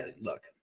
look